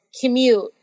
commute